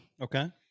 Okay